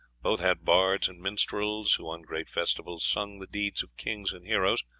both had bards and minstrels, who on great festivals sung the deeds of kings and heroes.